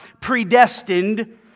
predestined